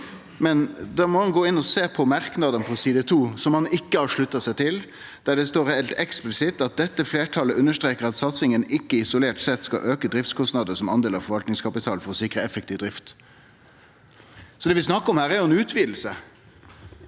Da må han gå inn og sjå på merknaden på side 2, som han ikkje har slutta seg til, der det står heilt eksplisitt: «Dette flertallet understreker at satsingen ikke isolert sett skal øke driftskostnader som andel av forvaltningskapital for å sikre effektiv drift.» Det vi snakkar om her, er ei utviding.